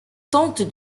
tentent